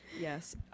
Yes